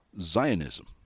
Zionism